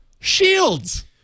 Shields